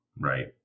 Right